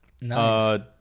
Nice